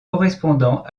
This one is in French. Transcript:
correspondant